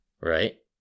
Right